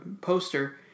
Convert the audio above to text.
poster